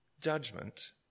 judgment